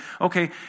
okay